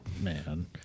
man